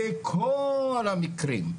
בכל המקרים.